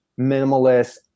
minimalist